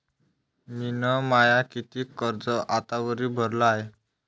मिन माय कितीक कर्ज आतावरी भरलं हाय?